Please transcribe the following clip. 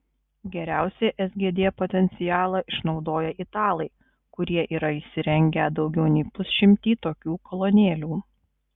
geriausiai sgd potencialą išnaudoja italai kurie yra įsirengę daugiau nei pusšimtį tokių kolonėlių